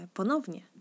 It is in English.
ponownie